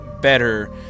better